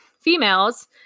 females